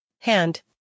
hand